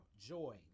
Joy